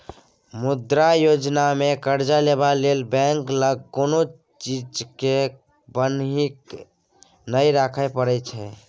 मुद्रा योजनामे करजा लेबा लेल बैंक लग कोनो चीजकेँ बन्हकी नहि राखय परय छै